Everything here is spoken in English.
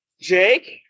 Jake